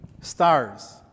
stars